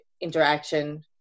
interaction